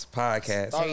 podcast